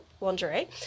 lingerie